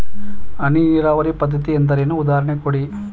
ಹನಿ ನೀರಾವರಿ ಪದ್ಧತಿ ಎಂದರೇನು, ಉದಾಹರಣೆ ಕೊಡಿ?